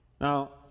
Now